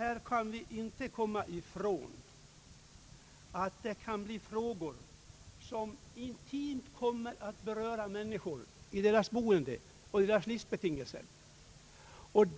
Vi kan inte komma ifrån att det kan bli frågor som intimt berör människor, deras boende och deras livsbetingelser. En